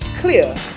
clear